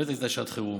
באמת הייתה שעת חירום,